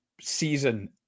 season